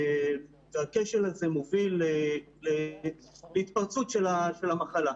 והכשל הזה מוביל להתפרצות של המחלה.